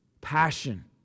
passion